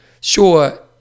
sure